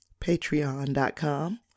patreon.com